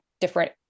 different